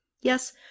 Yes